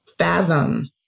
fathom